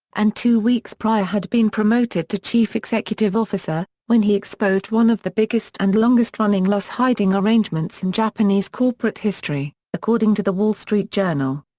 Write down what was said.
and two weeks prior had been promoted to chief executive officer, when he exposed one of the biggest and longest-running loss-hiding arrangements in japanese corporate history, according to the wall street journal.